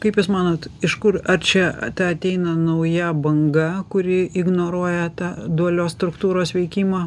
kaip jūs manot iš kur ar čia ta ateina nauja banga kuri ignoruoja tą dualios struktūros veikimą